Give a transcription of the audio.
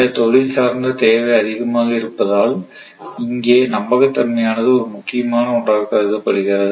இந்த தொழில் சார்ந்த தேவை அதிகரித்திருப்பதால் இங்கே நம்பகத் தன்மையானது ஒரு முக்கியமான ஒன்றாக கருதப்படுகிறது